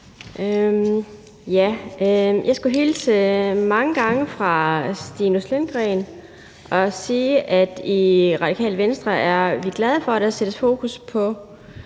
Jeg skulle hilse mange gange fra Stinus Lindgreen og sige, at i Radikale Venstre er vi glade for, at der sættes fokus på